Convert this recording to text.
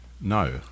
no